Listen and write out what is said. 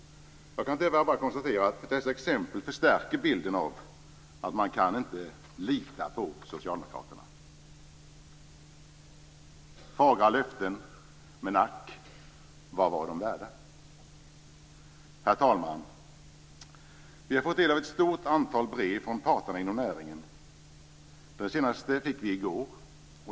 Jag kan tyvärr bara konstatera att dessa exempel förstärker bilden av att man inte kan lita på Socialdemokraterna. Det är bara fagra löften, men ack, vad var de värda? Herr talman! Vi har fått del av ett stort antal brev från parterna inom näringen. Det senaste fick vi i går.